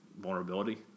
vulnerability